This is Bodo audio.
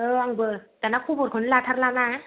औ आंबो दाना खबरखौनो लाथारला ना